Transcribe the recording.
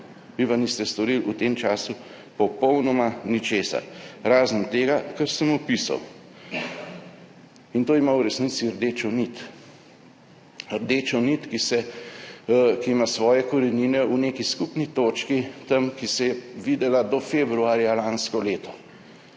Vi pa niste storili v tem času popolnoma ničesar, razen tega, kar sem opisal. In to ima v resnici rdečo nit, rdečo nit, ki ima svoje korenine v neki skupni točki, ki se je videla do februarja lansko leto.